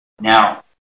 Now